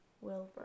Wilbur